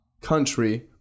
country